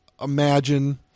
imagine